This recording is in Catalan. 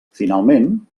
finalment